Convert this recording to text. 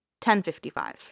1055